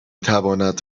تواند